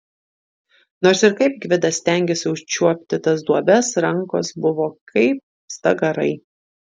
nors ir kaip gvidas stengėsi užčiuopti tas duobes rankos buvo kaip stagarai